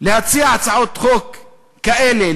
להציע הצעות חוק כאלה,